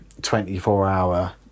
24-hour